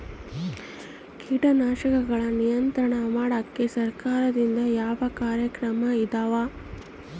ಕೇಟನಾಶಕಗಳ ನಿಯಂತ್ರಣ ಮಾಡೋಕೆ ಸರಕಾರದಿಂದ ಯಾವ ಕಾರ್ಯಕ್ರಮ ಇದಾವ?